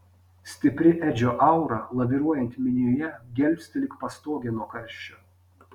stipri edžio aura laviruojant minioje gelbsti lyg pastogė nuo karščio